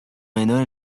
menor